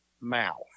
mouth